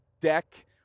deck